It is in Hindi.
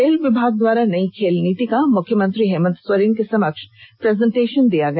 खेल विभाग द्वारा नई खेल नीति का मुख्यमंत्री हेमन्त सोरेन के समक्ष प्रेजेंटशन दिया गया